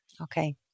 Okay